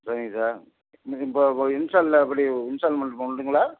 சரிங்க சார் இப்போ இன்ஸ்டாலில் எப்படி இன்ஸ்டால்மண்ட்டு உண்டுங்களா